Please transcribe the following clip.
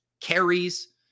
carries